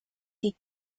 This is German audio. die